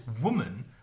woman